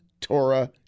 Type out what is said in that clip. Torah